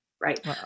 right